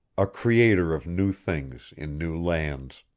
a creator of new things in new lands.